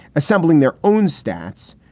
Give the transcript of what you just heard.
assembling their own stats.